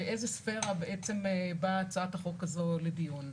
באיזו ספרה בעצם באה הצעת החוק הזו לדיון.